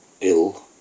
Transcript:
ill